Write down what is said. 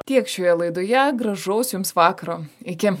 tiek šioje laidoje gražaus jums vakaro iki